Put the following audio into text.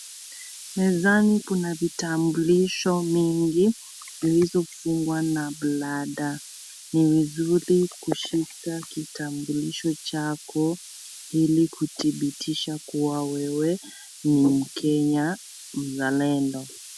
Mezani Kuna Kuna vitambulisho mingi, zilizo dungwa na bladaa. Ni vizuri kushika kitambulisho chako Ili kutibithisha kuwa wewe ni mkenya mzalendo.